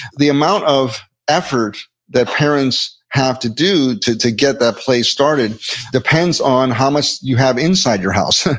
the amount of effort that parents have to do to to get that play started depends on how much you have inside your house.